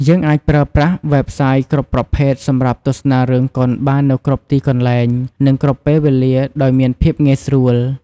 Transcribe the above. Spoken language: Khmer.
យើងអាចប្រើប្រាស់វេបសាយគ្រប់ប្រភេទសម្រាប់ទស្សនារឿងកុនបាននៅគ្រប់ទីកន្លែង នឹងគ្រប់ពេលវេលាដោយមានភាពងាយស្រួល។